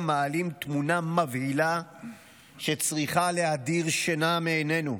מעלה תמונה מבהילה שצריכה להדיר שינה מעינינו.